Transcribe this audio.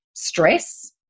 stress